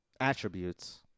attributes